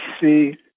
see